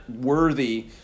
worthy